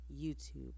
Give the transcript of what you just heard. YouTube